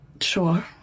Sure